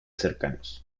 cercanos